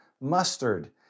mustard